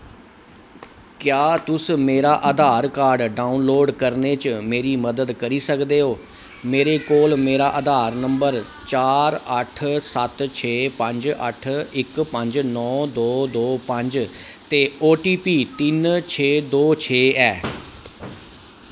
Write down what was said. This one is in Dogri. क्या तुस मेरा आधार कार्ड डाउनलोड करने च मेरी मदद करी सकदे ओ मेरे कोल मेरा आधार नंबर चार अट्ठ सत्त छे पंज अट्ठ इक पंज नौ दो दो पंज ते ओ टी पी तिन छे दो छे ऐ